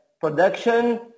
production